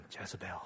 Jezebel